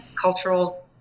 cultural